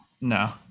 No